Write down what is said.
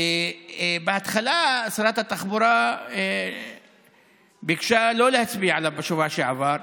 בהתחלה שרת התחבורה ביקשה לא להצביע עליו בשבוע שעבר.